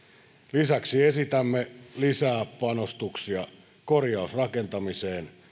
lisäksi esitämme lisää panostuksia korjausrakentamiseen